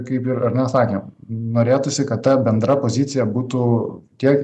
kaip ir ar ne sakėm norėtųsi kad ta bendra pozicija būtų tiek